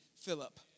Philip